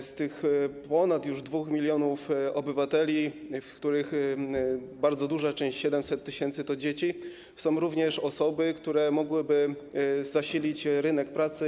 Wśród tych już ponad 2 mln obywateli, których bardzo duża część, 700 tys., to dzieci, są również osoby, które mogłyby zasilić rynek pracy.